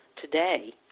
today